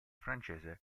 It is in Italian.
francese